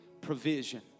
provision